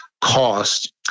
cost